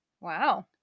Wow